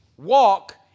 walk